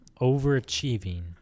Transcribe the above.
overachieving